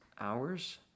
hours